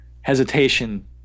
hesitation